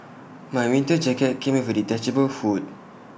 my winter jacket came with A detachable hood